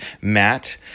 Matt